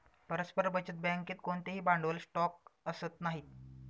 परस्पर बचत बँकेत कोणतेही भांडवल स्टॉक असत नाही